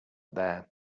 there